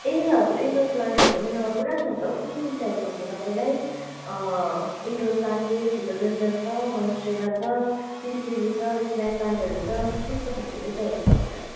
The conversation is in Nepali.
ए हजुर इन्डोर प्लान्टहरू त मेरोमा पुरा छ त हौ कुन कुन चाहिएको थियो तपाईँलाई इन्डोर प्लान्ट चाहिँ फिलोडेन्ड्रन छ मोन्सटेरा छ पिस लिली छ स्नेक प्लान्टहरू छ कस्तो खाल्के चाहिँ चाहिएको तपाईँलाई